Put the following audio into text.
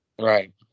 Right